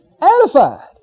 Edified